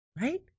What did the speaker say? right